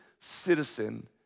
citizen